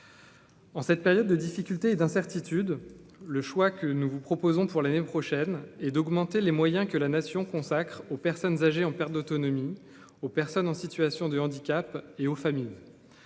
En cette période de difficultés et d'incertitudes, le choix que nous vous proposons pour l'année prochaine et d'augmenter les moyens que la nation consacre aux personnes âgées en perte d'autonomie aux personnes en situation de handicap et aux familles